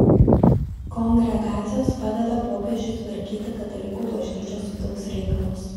kongregacijos padeda popiežiui tvarkyti katalikų bažnyčios vidaus reikalus